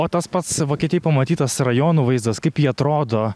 o tas pats vokietijoj pamatytas rajonų vaizdas kaip jie atrodo